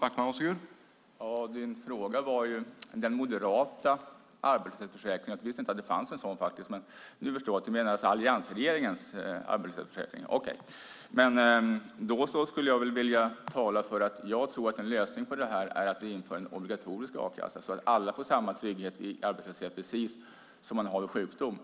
Herr talman! Din fråga var om den moderata arbetslöshetsförsäkringen. Jag visste inte att det fanns en sådan. Nu förstår jag att du menar alliansregeringens arbetslöshetsförsäkring. Jag tror att en lösning är att vi inför en obligatorisk a-kassa så att alla får samma trygghet vid arbetslöshet precis som de har vid sjukdom.